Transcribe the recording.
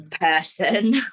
person